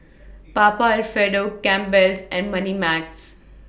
Papa Alfredo Campbell's and Moneymax